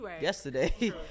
yesterday